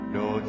no